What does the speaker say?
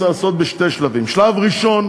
צריך לעשות את זה בשני שלבים: שלב ראשון,